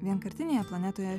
vienkartinėje planetoje